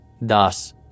Thus